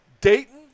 Dayton